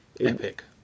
epic